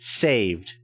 Saved